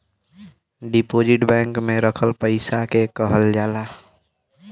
deposit bank में रखल पइसा के कहल जाला